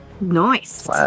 Nice